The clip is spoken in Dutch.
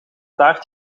taart